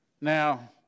Now